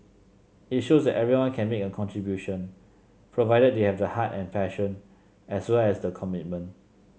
it shows that everyone can make a contribution provided they have the heart and passion as well as the commitment